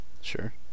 Sure